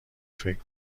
فکر